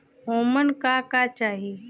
ओमन का का चाही?